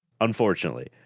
unfortunately